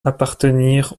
appartenir